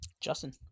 Justin